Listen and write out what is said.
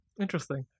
Interesting